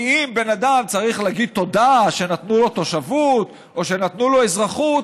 כי אם בן אדם צריך להגיד תודה שנתנו לו תושבות או שנתנו לו אזרחות,